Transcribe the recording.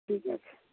ঠিক আছে